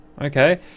okay